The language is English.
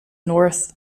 north